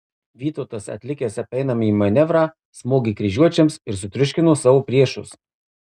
vytautas atlikęs apeinamąjį manevrą smogė kryžiuočiams ir sutriuškino savo priešus